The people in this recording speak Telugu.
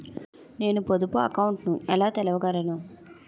నేను పొదుపు అకౌంట్ను ఎలా తెరవగలను?